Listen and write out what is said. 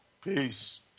Peace